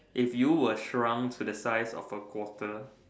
if you were shrunk to the size of a quarter